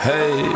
Hey